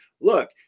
look